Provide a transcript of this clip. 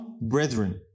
brethren